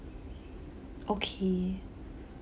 okay